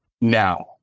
now